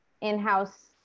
in-house